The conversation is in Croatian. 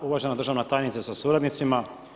Uvažena državna tajnice sa suradnicima.